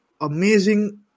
amazing